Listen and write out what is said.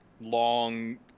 long